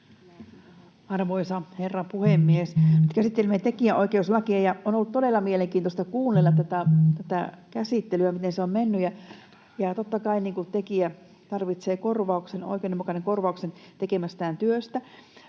Arvoisa herra puhemies! Nyt käsittelemme tekijänoikeuslakeja, ja on ollut todella mielenkiintoista kuunnella, miten tämä käsittely on mennyt. Totta kai tekijä tarvitsee korvauksen, oikeudenmukaisen korvauksen, tekemästään työstä.